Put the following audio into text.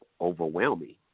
overwhelming